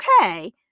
okay